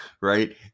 right